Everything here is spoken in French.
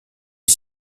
est